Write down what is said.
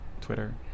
Twitter